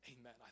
Amen